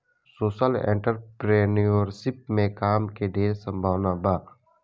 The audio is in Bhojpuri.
सोशल एंटरप्रेन्योरशिप में काम के ढेर संभावना बा